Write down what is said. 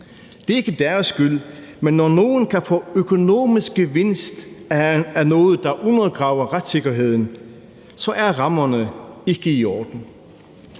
Det er ikke deres skyld, men når nogle kan få økonomisk gevinst af noget, der undergraver retssikkerheden, er rammerne ikke i orden.